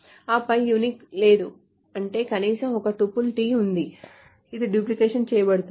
ఆపై unique లేదు అంటే కనీసం ఒక టపుల్ t ఉంది ఇది డూప్లికేట్ చేయబడింది